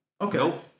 Okay